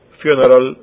funeral